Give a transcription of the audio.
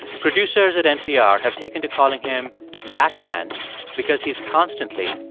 producers at npr have taken to calling him batman because he's constantly,